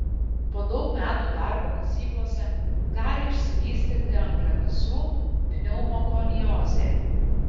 po daug metų darbo kasyklose gali išsivystyti angliakasių pneumokoniozė